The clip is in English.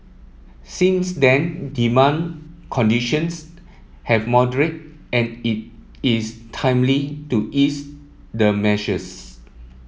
since then demand conditions have moderated and it is timely to ease the measures